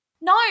No